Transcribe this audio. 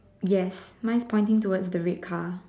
yes mine is pointing towards the red car